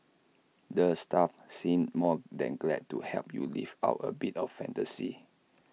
the staff seem more than glad to help you live out A bit of fantasy